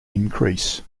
increase